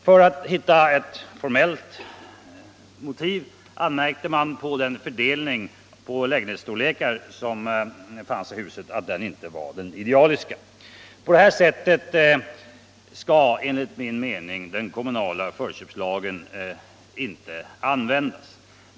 För att hitta ett formellt motiv anmärkte man på att fördelningen på Jägenhetsstorlekar i huset inte var idealisk. På det här sättet skall enligt min mening den kommunala förköpslagen inte användas.